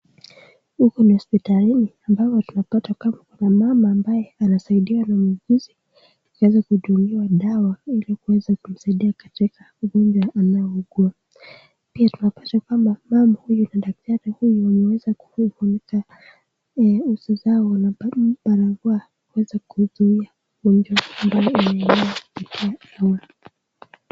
Huku ni hospitalini ambapo tunapata kuna mama anasaidiwa na muuguzi, ili aweza kutumiwa dawa ili kuweza kumsaidia katika ugonjwa anaugua. Pia tunaona mama huyu na daktari huyu wamweza kufunika nyuso zao na barakoa kuzuia ugonjwa unao enea.